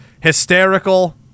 hysterical